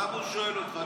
אז למה הוא שואל אותך?